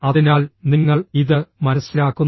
അതിനാൽ നിങ്ങൾ ഇത് മനസ്സിലാക്കുന്നു